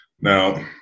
Now